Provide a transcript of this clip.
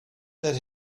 that